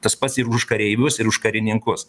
tas pats ir už kareivius ir už karininkus